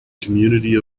community